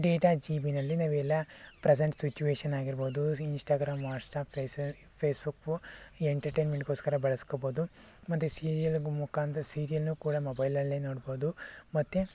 data G ಬಿನಲ್ಲಿ ನಾವೆಲ್ಲ present ಸಿಚುವೇಷನಾಗಿರ್ಬೋದು ಇನ್ಸ್ಟಾಗ್ರಾಮ್ ವಾಟ್ಸಾಪ್ ಫೇಸ್ ಫೇಸ್ಬುಕ್ಕು ಈ ಎಂಟರ್ಟೈನ್ಮೆಂಟ್ಗೋಸ್ಕರ ಬಳಸ್ಕೊಬೋದು ಮತ್ತೆ ಸೀರಿಯಲ್ಗೂ ಮುಖಾಂತರ ಸೀರಿಯಲ್ನೂ ಕೂಡ ಮೊಬೈಲಲ್ಲೇ ನೋಡ್ಬೋದು ಮತ್ತೆ